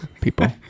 People